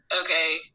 okay